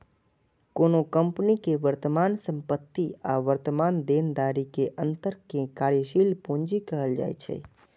कोनो कंपनी के वर्तमान संपत्ति आ वर्तमान देनदारी के अंतर कें कार्यशील पूंजी कहल जाइ छै